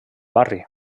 barri